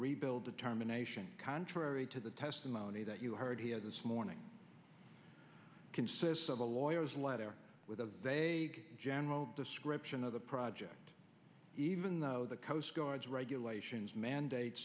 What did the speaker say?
rebuild the terminations contrary to the testimony that you heard here this morning consists of a lawyers letter with a general description of the project even though the coastguards regulations mandate